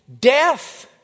Death